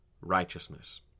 righteousness